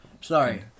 Sorry